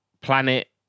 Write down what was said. Planet